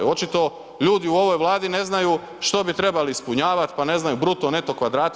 Očito ljudi u ovoj Vladi ne znaju što bi trebali ispunjavati, pa ne znaju bruto, neto kvadrate.